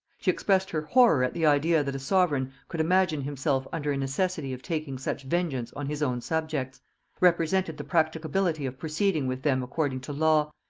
she expressed her horror at the idea that a sovereign could imagine himself under a necessity of taking such vengeance on his own subjects represented the practicability of proceeding with them according to law,